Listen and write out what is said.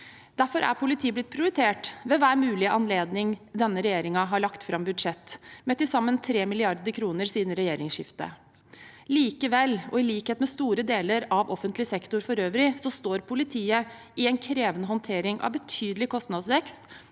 Derfor er politiet blitt prioritert ved hver mulig anledning denne regjeringen har lagt fram budsjett, med til sammen 3 mrd. kr siden regjeringsskiftet. Likevel – og i likhet med store deler av offentlig sektor for øvrig – står politiet i en krevende håndtering av betydelig kostnadsvekst,